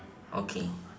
okay